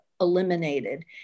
eliminated